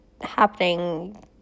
happening